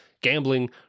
gambling